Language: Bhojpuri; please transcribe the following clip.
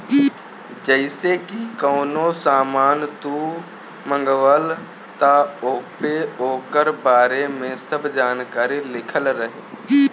जइसे की कवनो सामान तू मंगवल त ओपे ओकरी बारे में सब जानकारी लिखल रहि